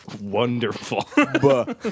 Wonderful